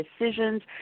decisions